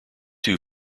two